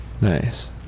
nice